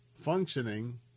functioning